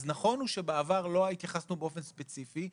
אז נכון הוא שבעבר לא התייחסנו באופן ספציפי,